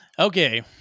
Okay